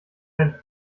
wir